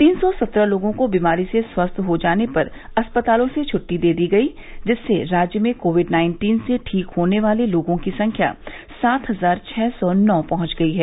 तीन सौ सत्रह लोगों को बीमारी से स्वस्थ हो जाने पर अस्पतालों से छुट्टी दे दी गयी जिससे राज्य में कोविड नाइन्टीन से ठीक होने वाले लोगों की संख्या सात हजार छह सौ नौ पहुंच गयी है